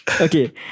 Okay